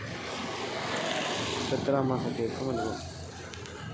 బతుకమ్మ రకం ఏ కాలం లో వేస్తే మంచిగా ఉంటది?